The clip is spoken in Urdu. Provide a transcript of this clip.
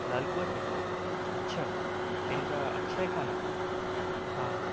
لال کنویں پہ اچھا ان کا اچھا ہے کھانا ہاں